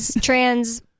trans